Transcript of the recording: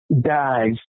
dies